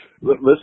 Listen